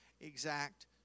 exact